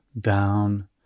down